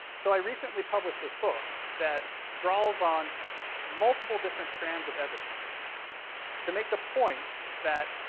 so i recently published this book that draws on multiple different strands of evidence to make the point that,